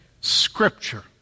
Scripture